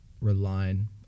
relying